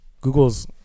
Google's